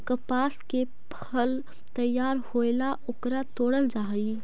कपास के फसल तैयार होएला ओकरा तोडल जा हई